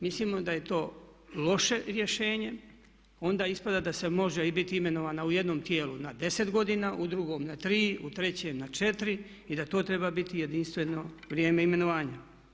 Mislimo da je to loše rješenje, onda ispada da se može biti imenovana u jednom tijelu na deset godina, u drugom na tri, u trećem na 4 i da to treba biti jedinstveno vrijeme imenovanja.